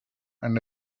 and